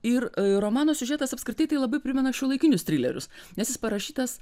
ir romano siužetas apskritai tai labai primena šiuolaikinius trilerius nes jis parašytas